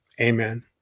Amen